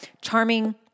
charming